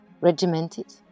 regimented